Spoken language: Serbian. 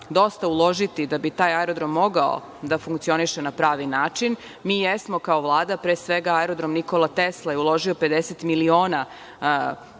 da bi taj aerodrom mogao da funkcioniše na pravi način. Mi jesmo kao Vlada, pre svega aerodrom „Nikola Tesla“ je uložio 50 miliona da